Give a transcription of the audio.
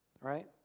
Right